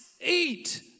eat